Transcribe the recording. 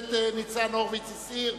הכנסת ניצן הורוביץ הסיר,